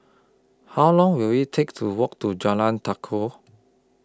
How Long Will IT Take to Walk to Jalan